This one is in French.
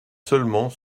seulement